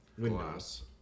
glass